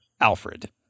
Alfred